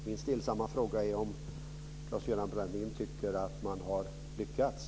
Min stillsamma fråga är om Claes-Göran Brandin tycker att man har lyckats.